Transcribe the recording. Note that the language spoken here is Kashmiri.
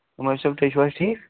عمر صٲب تُہۍ چھُو حظ ٹھیٖک